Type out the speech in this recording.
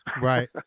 Right